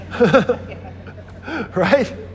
Right